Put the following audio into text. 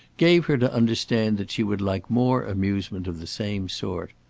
gave her to understand that she would like more amusement of the same sort.